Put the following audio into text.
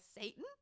Satan